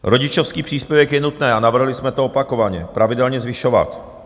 Rodičovský příspěvek je nutné, a navrhli jsme to opakovaně, pravidelně zvyšovat.